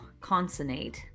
Consonate